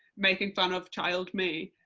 making fun of child me,